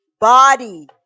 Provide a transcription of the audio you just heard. body